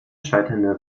scheiternde